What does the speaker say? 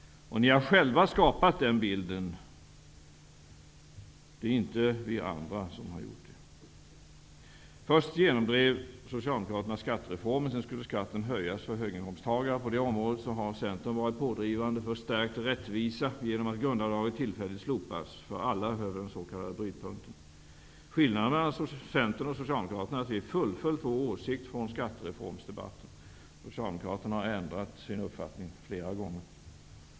Ni har själva skapat den bilden. Det har inte vi andra gjort. Först genomdrev Socialdemokraterna skattereformen. Sedan skulle skatten höjas för höginkomsttagare. På det området har Centern varit pådrivande för stärkt rättvisa genom att grundavdraget tillfälligt slopas för alla över den s.k. Socialdemokraterna är att vi har fullföljt vår åsikt från skattereformsdebatten. Socialdemokraterna har ändrat sin uppfattning flera gånger.